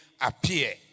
appear